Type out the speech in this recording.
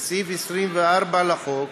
בסעיף 24 לחוק